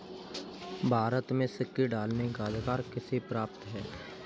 भारत में सिक्के ढालने का अधिकार किसे प्राप्त है?